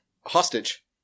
hostage